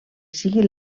sigui